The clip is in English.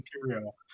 material